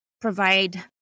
provide